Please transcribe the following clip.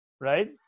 Right